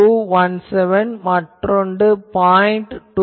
217 மற்றொன்று 0